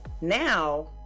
now